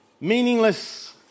Meaningless